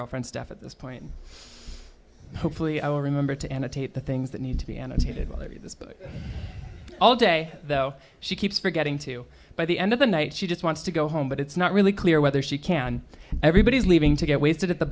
girlfriend steph at this point hopefully i'll remember to annotate the things that need to be annotated all day though she keeps forgetting to by the end of the night she just wants to go home but it's not really clear whether she can everybody's leaving to get wasted at the